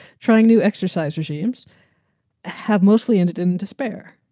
trying to exercise regimes have mostly ended in despair.